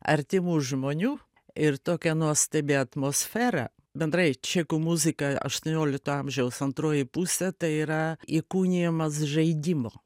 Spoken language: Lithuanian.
artimų žmonių ir tokia nuostabi atmosfera bendrai čekų muzika aštuoniolikto amžiaus antroji pusė tai yra įkūnijimas žaidimo